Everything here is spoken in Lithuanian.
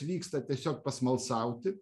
vyksta tiesiog pasmalsauti